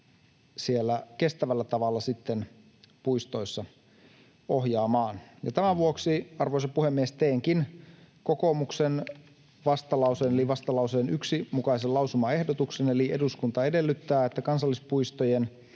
kestävällä tavalla puistoissa ohjaamaan. Tämän vuoksi, arvoisa puhemies, teenkin kokoomuksen vastalauseen eli vastalauseen 1 mukaisen lausumaehdotuksen: ”Eduskunta edellyttää että kansallispuistojen